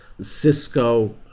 cisco